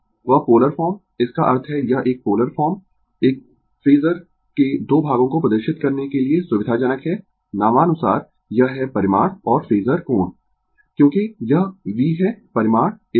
वह polar form इसका अर्थ है यह एक पोलर फॉर्म एक फेजर के 2 भागों को प्रदर्शित करने के लिए सुविधाजनक है नामानुसार यह है परिमाण और फेजर कोण क्योंकि यह v है परिमाण एक कोण θ परिमाण एक कोण